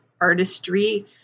artistry